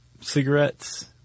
cigarettes